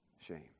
shame